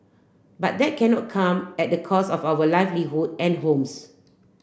but that cannot come at the cost of our livelihood and homes